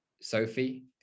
Sophie